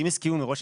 אם הסכימו מראש,